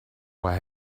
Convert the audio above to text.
what